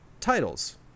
titles